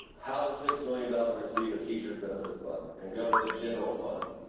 how does six million dollars leave a teacher's benefit fund, and go to the general fund?